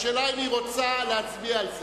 השאלה אם היא רוצה להצביע על זה.